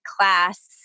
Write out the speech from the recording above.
class